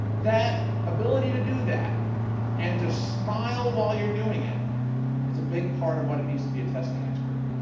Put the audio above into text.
that ability to do that and to smile while you're doing it is a big part of what it means to be a testing expert.